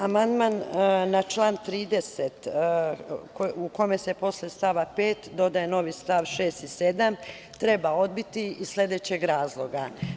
Amandman na član 30, u kome se posle stava 5. dodaje novi st. 6. i 7. treba odbiti iz sledećeg razloga.